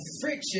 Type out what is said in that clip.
friction